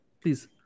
please